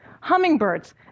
hummingbirds